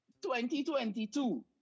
2022